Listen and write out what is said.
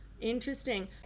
Interesting